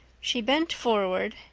she bent forward,